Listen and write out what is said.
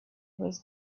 was